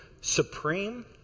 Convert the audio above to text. supreme